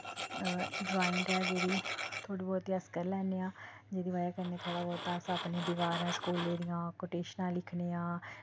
drawing ऐ जेह्ड़ी थोह्ड़ी बौह्ती अस करी लैन्ने आं जेह्दी बजह् कन्नै अस थोह्ड़ा बौह्ता अस अपने दवारां स्कूलै दियां कोटेशनां लिखने आं